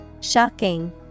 Shocking